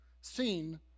seen